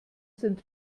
sind